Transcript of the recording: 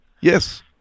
Yes